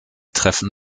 treffen